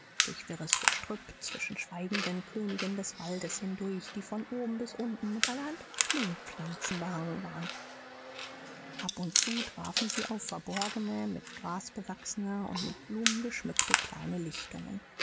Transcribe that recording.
durch wirres gestrüpp zwischen schweigenden königen des waldes hindurch die von oben bis unten mit allerhand schlingpflanzen behangen waren ab und zu trafen sie auf verborgene mit gras bewachsene und mit blumen geschmückte kleine lichtungen